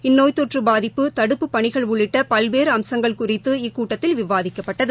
இந்நோய் தொற்றபாதிப்பு தடுப்புப் பணிகள் உள்ளிட்டபல்வேறுஅம்சங்கள் குறித்து இக்கூட்டத்தில் விவாதிக்கப்பட்டது